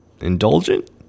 Indulgent